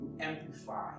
amplify